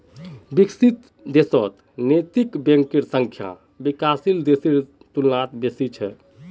विकसित देशत नैतिक बैंकेर संख्या विकासशील देशेर तुलनात बेसी छेक